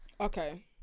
Okay